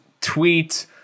tweet